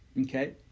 okay